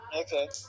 Okay